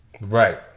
right